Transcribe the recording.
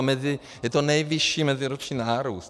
Je to nejvyšší meziroční nárůst.